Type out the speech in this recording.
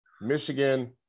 Michigan